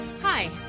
Hi